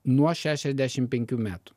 nuo šešiasdešimt penkių metų